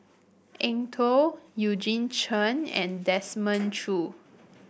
Eng Tow Eugene Chen and Desmond Choo